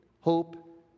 hope